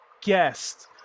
guest